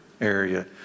area